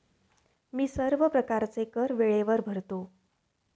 मी सर्व प्रकारचे कर वेळेवर भरतो